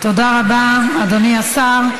תודה רבה, אדוני השר.